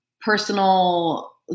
personal